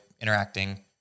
interacting